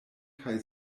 kaj